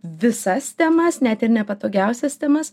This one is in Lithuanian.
visas temas net ir nepatogiausias temas